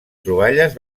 troballes